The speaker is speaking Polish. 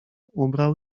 ubrał